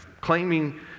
Claiming